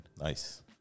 Nice